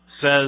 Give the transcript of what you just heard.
says